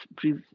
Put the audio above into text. brief